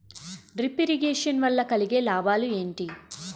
Drip irrigation వల్ల కలిగే లాభాలు ఏంటి?